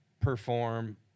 perform